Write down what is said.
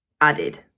added